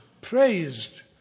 praised